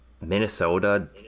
Minnesota